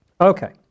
Okay